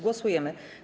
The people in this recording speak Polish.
Głosujemy.